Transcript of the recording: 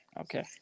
okay